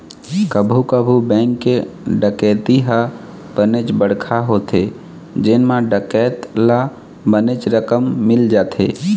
कभू कभू बेंक के डकैती ह बनेच बड़का होथे जेन म डकैत ल बनेच रकम मिल जाथे